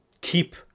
Keep